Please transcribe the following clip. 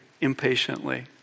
impatiently